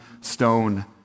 stone